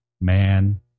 man